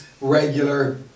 regular